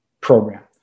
program